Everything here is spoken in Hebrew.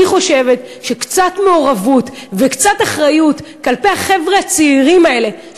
אני חושבת שקצת מעורבות וקצת אחריות כלפי החבר'ה הצעירים האלה,